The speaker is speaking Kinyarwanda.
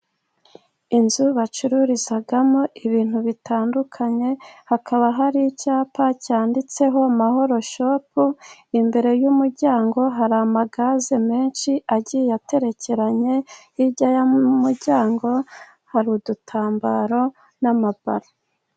Inzu bacururizamo ibintu bitandukanye. Hakaba hari icyapa cyanditseho Mahoroshopu. Imbere y'umuryango hari amagazi menshi agiye aterekeranye. Hirya y'umuryango hari udutambaro n'amabaro.